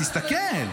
תסתכל.